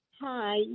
Hi